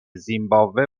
زیمباوه